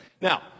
Now